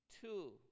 Two